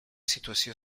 situació